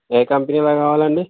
ఏ కంపెనీలో కావాలండి